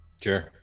Sure